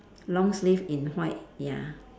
long sleeve in white ya